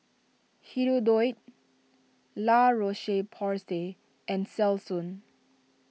Hirudoid La Roche Porsay and Selsun